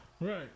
Right